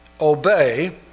obey